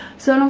so,